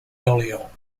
d’orléans